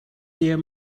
their